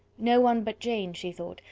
no one but jane, she thought,